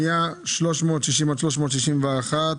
פנייה 360 עד 361,